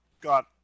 got